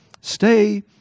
stay